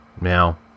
now